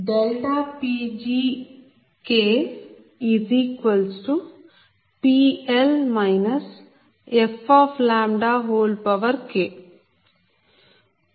PgKPL fK